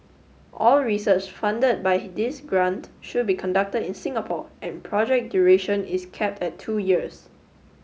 all research funded by this grant should be conducted in Singapore and project duration is capped at two years